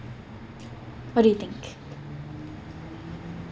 what do you think